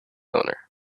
owner